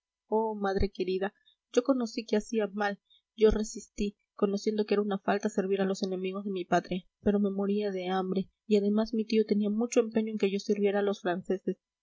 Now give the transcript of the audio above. madre querida yo conocí que hacía mal yo resistí conociendo que era una falta servir a los enemigos de mi patria pero me moría de hambre y además mi tío tenía mucho empeño en que yo sirviera a los franceses